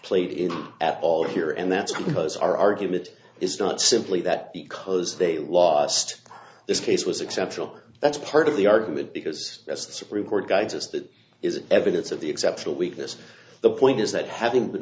played in at all here and that's because our argument is not simply that because they lost this case was exceptional that's part of the argument because the supreme court guides us that is evidence of the exceptional weakness the point is that having